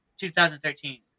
2013